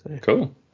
cool